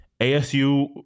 ASU